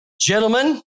gentlemen